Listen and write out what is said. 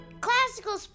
Classical